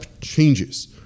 changes